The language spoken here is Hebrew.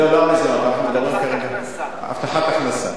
לא, הבטחת הכנסה.